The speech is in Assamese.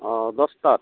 অঁ দছটাত